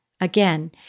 Again